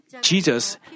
Jesus